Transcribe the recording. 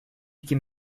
iki